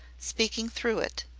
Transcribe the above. speaking through it.